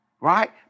right